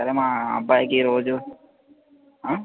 సరే మా అబ్బాయికి రోజూ